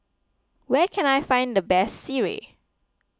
where can I find the best Sireh